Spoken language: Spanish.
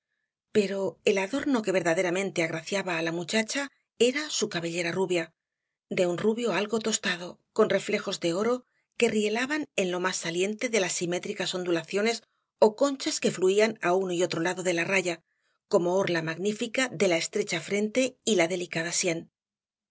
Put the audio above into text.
pero el adorno que verdaderamente agraciaba á la muchacha era su cabellera rubia de un rubio algo tostado con reflejos de oro que rielaban en lo más saliente de las simétricas ondulaciones ó conchas que fluían á uno y otro lado de la raya como orla magnífica de la estrecha frente y la delicada